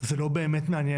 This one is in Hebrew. היא שזה לא באמת מעניין.